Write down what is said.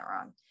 wrong